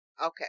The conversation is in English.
Okay